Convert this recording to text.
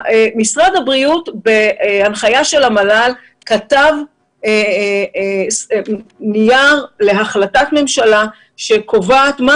משרד הבריאות בהנחיה של המל"ל כתב נייר להחלטת ממשלה שקובעת מה